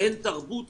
אין תרבות